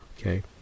okay